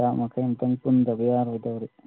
ꯏꯁꯇꯥꯐ ꯃꯈꯩ ꯑꯝꯇꯪ ꯄꯨꯟꯗꯕ ꯌꯥꯔꯣꯏꯗꯧꯔꯤ